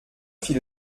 fit